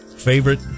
Favorite